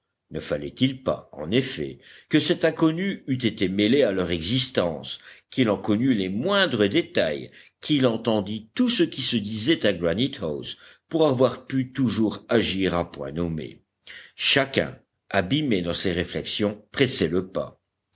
ne fallait-il pas en effet que cet inconnu eût été mêlé à leur existence qu'il en connût les moindres détails qu'il entendît tout ce qui se disait à granitehouse pour avoir pu toujours agir à point nommé chacun abîmé dans ses réflexions pressait le pas